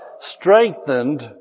Strengthened